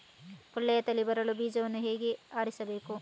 ಒಳ್ಳೆಯ ತಳಿ ಬರಲು ಬೀಜವನ್ನು ಹೇಗೆ ಆರಿಸಬೇಕು?